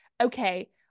Okay